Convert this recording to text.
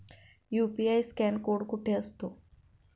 UPI scan code कुठे असतो?